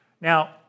Now